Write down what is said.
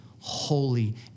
holy